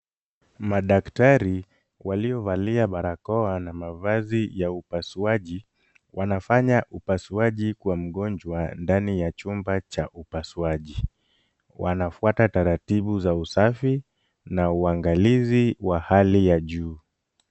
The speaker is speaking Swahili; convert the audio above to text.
Madaktari waliovalia barakoa na mavazi ya upasuaji, wanafanya upasuaji kwa mgonjwa ndani ya chumba cha upasuaji. Wanafuata taratibu za usafi na uangalizi wa hali ya juu.